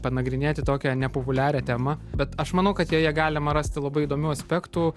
panagrinėti tokią nepopuliarią temą bet aš manau kad joje galima rasti labai įdomių aspektų